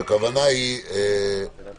הכוונה היא לשלב